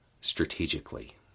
strategically